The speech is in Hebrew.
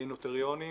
נוטריונים.